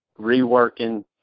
reworking